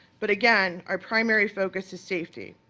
but again, our primary focus is safety.